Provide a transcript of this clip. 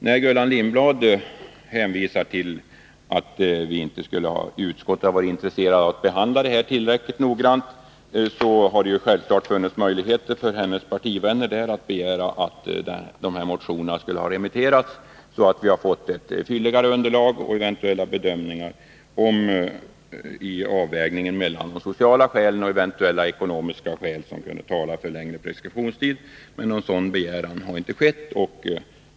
När Gullan Lindblad gör gällande att utskottet inte skulle vara intresserat av att behandla den här frågan tillräckligt noggrant vill jag påpeka att det givetvis funnits möjligheter för hennes partivänner i utskottet att begära att motionerna skulle ha remitterats, så att vi fått ett fylligare underlag för bedömningar i avvägningen mellan de sociala skälen och de eventuella ekonomiska skäl som kunde tala för en längre preskriptionstid. Någon sådan begäran har inte framställts.